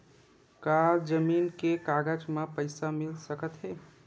का जमीन के कागज म पईसा मिल सकत हे?